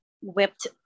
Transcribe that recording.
whipped